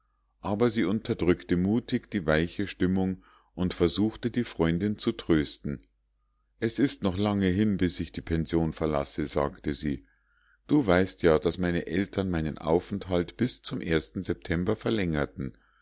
aber sie unterdrückte mutig die weiche stimmung und versuchte die freundin zu trösten es ist noch lange hin bis ich die pension verlasse sagte sie du weißt ja daß meine eltern meinen aufenthalt bis zum ersten september verlängerten